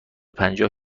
پنجاه